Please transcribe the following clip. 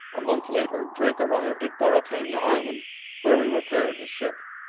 a month later, drake arrived at baratena island where he repaired his ship.